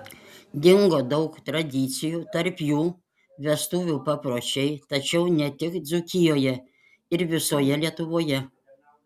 dingo daug tradicijų tarp jų vestuvių papročiai tačiau ne tik dzūkijoje ir visoje lietuvoje